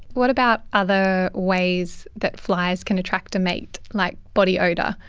what about other ways that flies can attract a mate, like body odour?